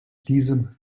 diesem